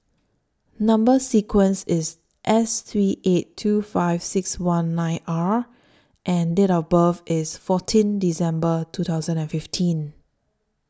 Number sequence IS S three eight two five six one nine R and Date of birth IS fourteen December two thousand and fifteen